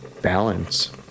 Balance